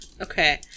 Okay